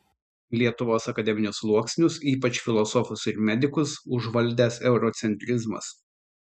lietuvos akademinius sluoksnius ypač filosofus ir medikus užvaldęs eurocentrizmas